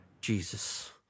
Jesus